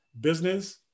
Business